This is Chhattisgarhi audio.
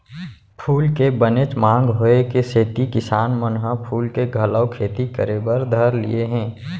फूल के बनेच मांग होय के सेती किसान मन ह फूल के घलौ खेती करे बर धर लिये हें